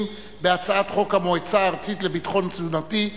בהצעת חוק המועצה הארצית לביטחון תזונתי,